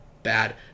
Bad